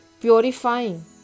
purifying